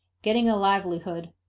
getting a livelihood,